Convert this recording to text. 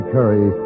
Curry